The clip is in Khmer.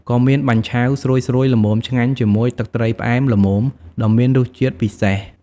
ក៏មាន បាញ់ឆែវ ស្រួយៗល្មមឆ្ងាញ់ជាមួយទឹកត្រីផ្អែមល្មមដ៏មានរសជាតិពិសេស។